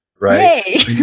right